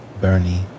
Bernie